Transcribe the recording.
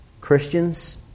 Christians